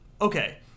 Okay